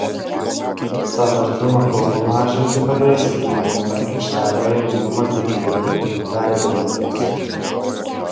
sąvartyno kaupą mažinti padės ir naujojoje aikštelėje vykdomas didžiųjų atliekų perdirbimas